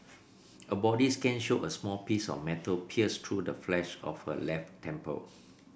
a body scan showed a small piece of metal pierced through the flesh of her left temple